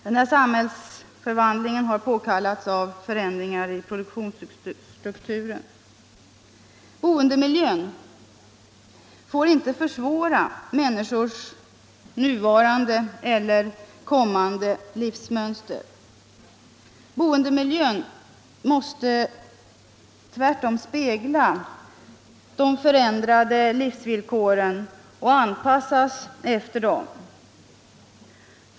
Denna samhällsförvandling har påkallats av förändringar i produktionsstrukturen. Boendemiljön får inte störa människors nuvarande eller kommande livsmönster. Boendemiljön måste tvärtom spegla de förändrade livsvillkoren och anpassas efter dem.